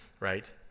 right